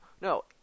No